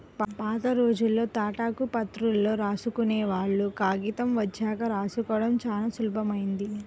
పాతరోజుల్లో తాటాకు ప్రతుల్లో రాసుకునేవాళ్ళు, కాగితం వచ్చాక రాసుకోడం చానా సులభమైంది